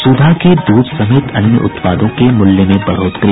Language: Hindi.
सुधा के दूध समेत अन्य उत्पादों के मूल्य में बढ़ोतरी